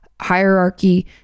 hierarchy